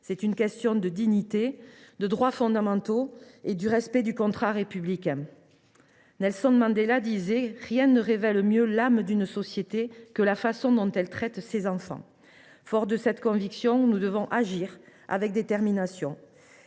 mais bien de la dignité, des droits fondamentaux et du respect du contrat républicain. Nelson Mandela disait :« Rien ne révèle mieux l’âme d’une société que la façon dont elle traite ses enfants. » Forts de cette conviction, nous devons agir avec détermination.